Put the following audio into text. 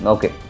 Okay